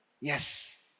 Yes